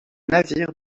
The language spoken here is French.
navires